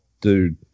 dude